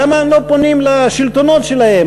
למה הם לא פונים לשלטונות שלהם?